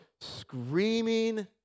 screaming